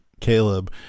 Caleb